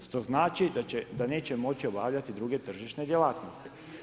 Što znači da neće može obavljati druge tržišne djelatnosti.